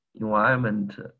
environment